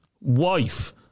wife